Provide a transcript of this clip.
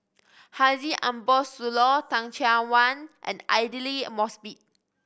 Haji Ambo Sooloh Teh Cheang Wan and Aidli Mosbit